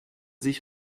sich